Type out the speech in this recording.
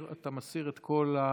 אופיר, אתה בעצם מסיר את כל ההסתייגויות.